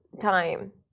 time